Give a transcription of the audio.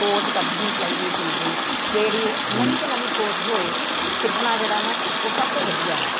ਖੋਜ ਕੱਢਣੀ ਚਾਹੀਦੀ ਆ ਚੀਜ਼ ਦੀ ਜਿਹੜੀ ਨਵੀਂ ਤੋਂ ਨਵੀਂ ਖੋਜ ਹੋਏ ਸਿੱਖਣਾ ਜਿਹੜਾ ਨਾ ਉਹ ਸਭ ਤੋਂ ਵਧੀਆ ਹੈ